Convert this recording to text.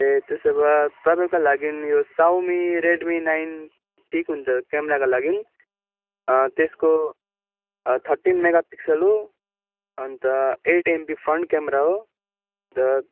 ए त्यसो भए तपाईँको लागि यो साउमी रेडमी नाइन ठिक हुन्छ क्यामराको लागि त्यसको थर्टिन मेगापिक्सल हो and eight MB front camera हो